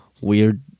weird